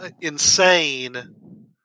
insane